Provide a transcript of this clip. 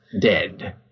dead